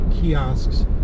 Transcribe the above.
kiosks